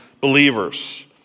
believers